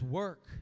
work